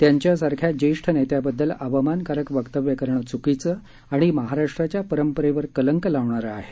त्यांच्यासारख्या ज्येष्ठ नेत्याबददल अवमानकारक वक्तव्य करणे च्कीचं आणि महाराष्ट्राच्या परंपरेवर कलंक लावणारं आहे